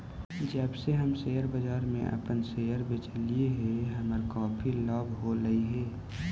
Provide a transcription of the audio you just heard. जब से हम शेयर बाजार में अपन शेयर बेचली हे हमारा काफी लाभ होलई हे